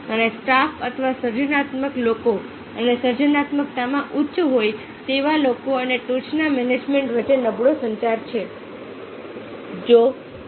અને સ્ટાફ અથવા સર્જનાત્મક લોકો અને સર્જનાત્મકતામાં ઉચ્ચ હોય તેવા લોકો અને ટોચના મેનેજમેન્ટ વચ્ચે નબળો સંચાર છે